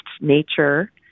nature